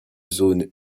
zones